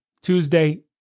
Tuesday